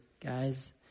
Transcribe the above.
guys